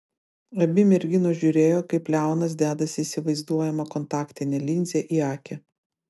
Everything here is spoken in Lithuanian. abi merginos žiūrėjo kaip leonas dedasi įsivaizduojamą kontaktinę linzę į akį